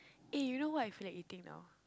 eh you know what I feel like eating now